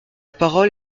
parole